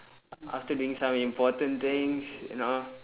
after doing some important things you know